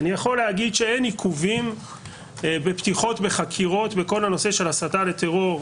אני יכול להגיד שאין עיכובים בפתיחות בחקירות בכל הנושא של הסתה לטרור.